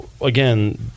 again